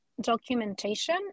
documentation